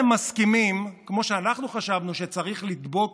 כנסת נכבדה, בכל פעם שאנחנו חושבים שכחול לבן